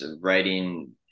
writing